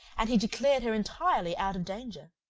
and he declared her entirely out of danger.